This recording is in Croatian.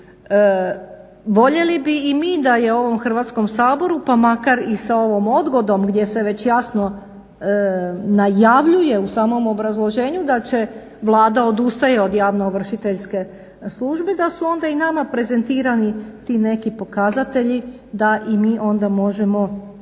Voljeli bi i mi da je ovom Hrvatskom saboru pa makar i sa ovom odgodom gdje se već jasno najavljuje u samom obrazloženju da Vlada odustaje od javnoovršiteljske službe da su onda i nama prezentirani ti neki pokazatelji da onda i mi možemo